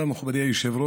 תודה, מכובדי היושב-ראש.